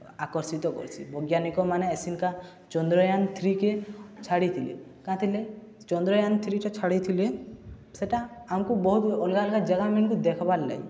ଆକର୍ଷିତ କର୍ସି ବୈଜ୍ଞାନିକମାନେ ଏଛିନ୍କା ଚନ୍ଦ୍ରୟାନ୍ ଥ୍ରୀକେ ଛାଡ଼ିଥିଲେ କାଁର୍ଥିଲାଗି ଚନ୍ଦ୍ରୟାନ୍ ଥ୍ରୀଟା ଛାଡ଼ିଥିଲେ ସେଟା ଆମ୍କୁ ବହୁତ୍ ଅଲ୍ଗା ଅଲ୍ଗା ଜାଗାମନ୍କୁ ଦେଖ୍ବାର୍ ଲାଗି